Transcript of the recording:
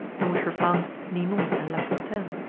in which were found ninon and la fontaine,